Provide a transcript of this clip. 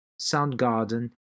Soundgarden